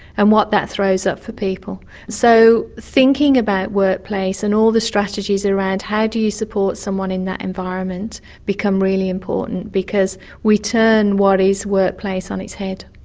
and what that throws up for people. so thinking about workplace and all the strategies around how do you support someone in that environment become really important because we turn what is workplace on its head.